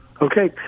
Okay